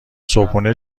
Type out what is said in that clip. صبحونه